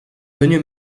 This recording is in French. venu